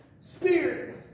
Spirit